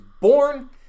born